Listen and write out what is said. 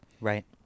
Right